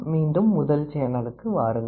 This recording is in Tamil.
மீண்டும் முதல்சேனலுக்கு வாருங்கள்